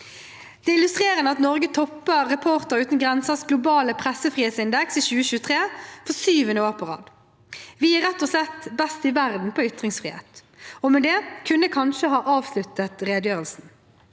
er illustrerende at Norge topper Reportere uten grensers globale pressefrihetsindeks i 2023 – for sjuende år på rad. Vi er rett og slett best i verden på ytringsfrihet – og med det kunne jeg kanskje ha avsluttet redegjørelsen.